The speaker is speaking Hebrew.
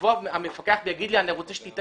יבוא המפקח ויאמר לי שהוא רוצה שאני אתן